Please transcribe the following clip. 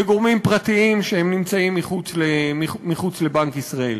בגורמים פרטיים שנמצאים מחוץ לבנק ישראל.